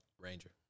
Ranger